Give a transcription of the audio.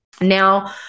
Now